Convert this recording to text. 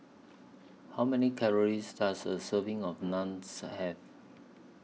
How Many Calories Does A Serving of Naans Have